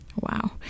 Wow